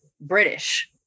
british